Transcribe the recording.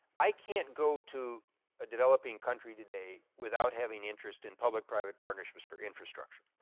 i can't go to a developing country today without having interest in public private partnerships for infrastructure.